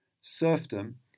Serfdom